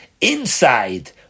Inside